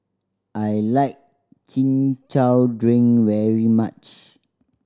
I like Chin Chow drink very much